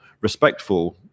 respectful